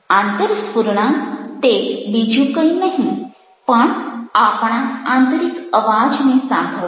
આંતરસ્ફુરણા તે બીજું કંઈ નહીં પણ આપણા આંતરિક અવાજને સાંભળવો